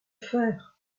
faire